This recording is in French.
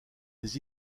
des